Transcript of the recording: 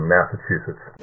Massachusetts